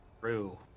True